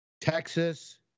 Texas